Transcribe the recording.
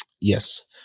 Yes